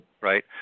right